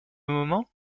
moment